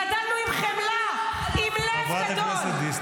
גדלנו עם חמלה, עם לב גדול.